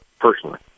personally